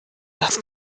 das